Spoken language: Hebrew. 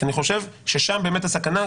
אני חושב ששם באמת הסכנה.